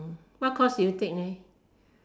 what course did you take